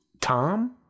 Tom